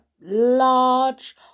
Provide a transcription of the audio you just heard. large